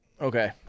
Okay